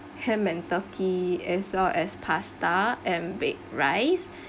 ham and turkey as well as pasta and baked rice